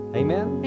amen